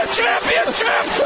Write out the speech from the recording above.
Championship